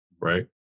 Right